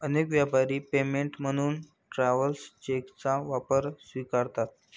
अनेक व्यापारी पेमेंट म्हणून ट्रॅव्हलर्स चेकचा वापर स्वीकारतात